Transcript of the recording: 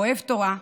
אוהב תורה,